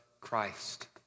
Christ